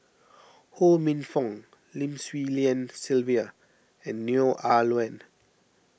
Ho Minfong Lim Swee Lian Sylvia and Neo Ah Luan